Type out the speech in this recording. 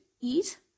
eat